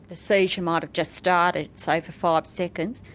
the seizure might have just started say for five seconds,